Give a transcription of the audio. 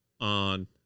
on